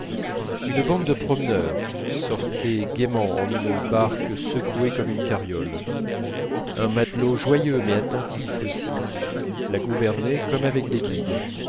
une bande de promeneurs sortait gaiement en une barque secouée comme une carriole un matelot joyeux mais attentif aussi la gouvernait comme avec des guides